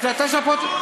זה סיכום.